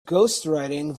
ghostwriting